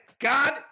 God